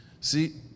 See